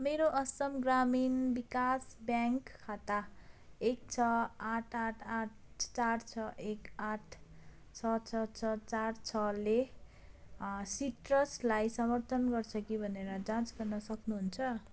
मेरो असम ग्रामीण विकास ब्याङ्क खाता एक छ आठ आठ आठ चार छ एक आठ छ छ छ चार छले सिट्रसलाई समर्थन गर्छ कि भनेर जाँच गर्न सक्नुहुन्छ